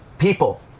people